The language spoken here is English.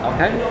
Okay